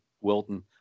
Wilton